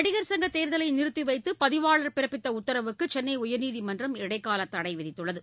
நடிகர் சங்கத் தேர்தலைநிறுத்திவைத்தபதிவாளர் பிறப்பித்தஉத்தரவுக்குசென்னைஉயர்நீதிமன்றம் இடைக்காலத் தடைவிதித்துள்ளது